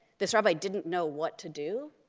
this rabbi didn't know what to do,